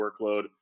workload